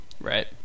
Right